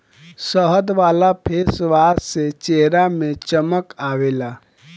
शहद वाला फेसवाश से चेहरा में चमक आवेला